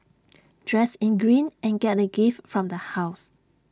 dress in green and get A gift from the house